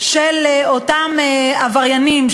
על אותם עבריינים,